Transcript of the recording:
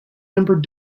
numbered